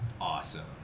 Awesome